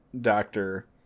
doctor